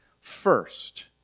First